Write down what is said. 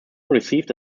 received